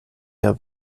der